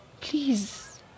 Please